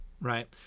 right